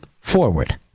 forward